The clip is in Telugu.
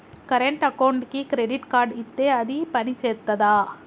కరెంట్ అకౌంట్కి క్రెడిట్ కార్డ్ ఇత్తే అది పని చేత్తదా?